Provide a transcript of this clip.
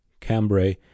cambrai